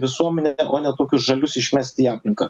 visuomenę o ne tokius žalius išmesti į aplinką